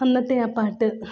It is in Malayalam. അന്നത്തെ ആ പാട്ട്